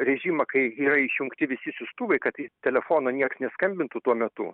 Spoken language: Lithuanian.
režimą kai yra išjungti visi siųstuvai kad į telefoną nieks neskambintų tuo metu